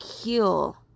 heal